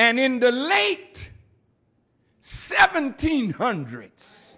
and in the late seventeen hundreds